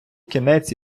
кінець